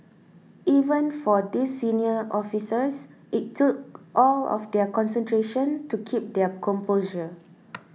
even for these senior officers it took all of their concentration to keep their composure